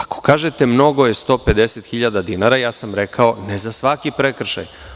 Ako kažete – mnogo je 150.000 dinara, ja sam rekao – ne za svaki prekršaj.